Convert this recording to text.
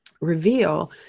Reveal